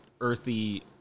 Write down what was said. earthy